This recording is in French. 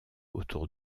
autour